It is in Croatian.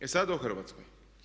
E sada o Hrvatskoj.